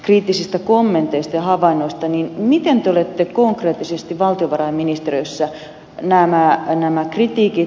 kriittisistä kommenteista havainnoistani miten te olette konkreettisesti valtiovarainministeriössä nämä enemmän kritiikki